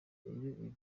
iyo